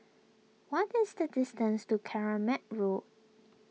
what is the distance to Keramat Road